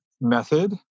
method